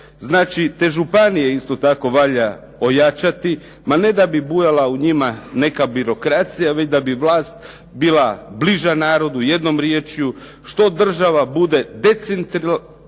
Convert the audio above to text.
Znači, te županije isto tako valja ojačati, ma ne da bi bujala u njima neka birokracija, već da bi vlast bila bliža narodu, jednom riječju, što država bude decentraliziranija,